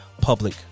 public